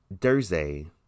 Thursday